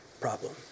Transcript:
problem